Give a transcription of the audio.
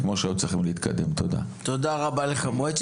אני יכול להוכיח את זה; אין לי עכשיו את